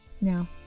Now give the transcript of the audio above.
Now